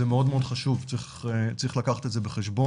זה מאוד מאוד חשוב, צריך לקחת את זה בחשבון.